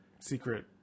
secret